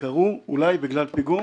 -- קרו אולי בגלל פיגום,